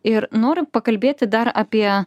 ir noriu pakalbėti dar apie